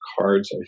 Cards